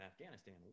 Afghanistan